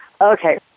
Okay